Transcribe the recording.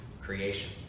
creation